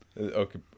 Okay